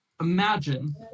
Imagine